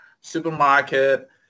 supermarket